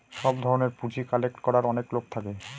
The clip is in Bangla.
সব ধরনের পুঁজি কালেক্ট করার অনেক লোক থাকে